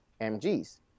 MGs